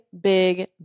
big